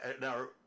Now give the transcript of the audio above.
now